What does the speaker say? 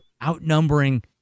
outnumbering